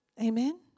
Amen